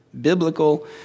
biblical